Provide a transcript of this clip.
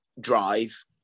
drive